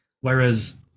Whereas